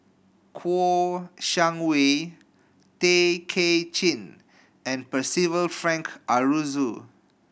Kouo Shang Wei Tay Kay Chin and Percival Frank Aroozoo